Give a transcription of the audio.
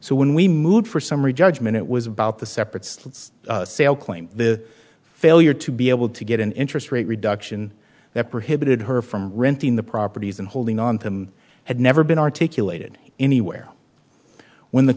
so when we moved for summary judgment it was about the separate slots sale claim the failure to be able to get an interest rate reduction that prohibited her from renting the properties and holding on to them had never been articulated anywhere when the